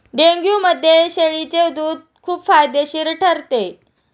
डेंग्यूमध्ये शेळीचे दूध खूप फायदेशीर ठरते